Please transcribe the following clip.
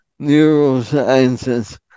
neurosciences